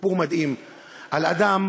סיפור מדהים על אדם